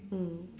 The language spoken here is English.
mm